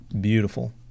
beautiful